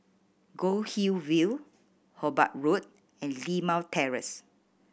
Goldhill View Hobart Road and Limau Terrace